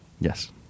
Yes